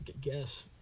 Guess